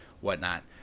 whatnot